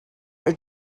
are